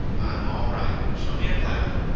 i'm all right show me a cloud.